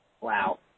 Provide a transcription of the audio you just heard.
Wow